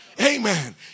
Amen